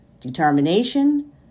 determination